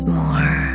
more